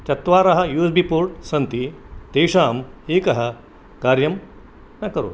चत्वारः U S B ports सन्ति तेषां एकं कार्यं न करोति